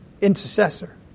intercessor